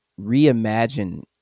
reimagine